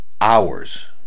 hours